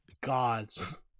God's